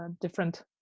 different